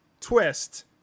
twist